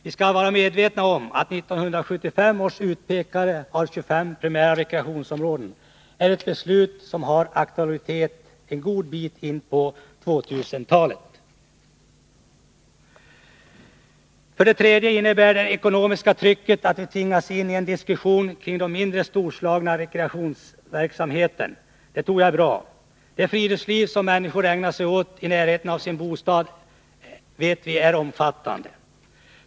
Vi skall vara medvetna om att 1975 års utpekande av 25 primära rekreationsområden är ett beslut som har aktualitet en god bit in på 2000-talet. För det tredje innebär det ekonomiska trycket att vi tvingas in i en diskussion kring den mindre storslagna rekreationsverksamheten. Det tror jag är bra. Det friluftsliv som människor ägnar sig åt i närheten av sin bostad vet vi är omfattande.